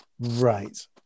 right